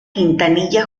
quintanilla